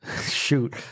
shoot